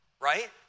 Right